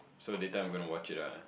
so later I going to watch it lah